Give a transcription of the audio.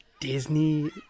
Disney